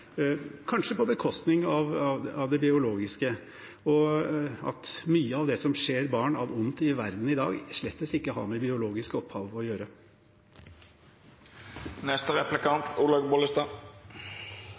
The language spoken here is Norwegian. kanskje på bekostning av det biologiske – og at mye av det som skjer barn av ondt i verden i dag, slett ikke har med biologisk opphav å